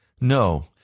No